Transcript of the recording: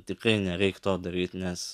tikrai nereik to daryt nes